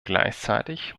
gleichzeitig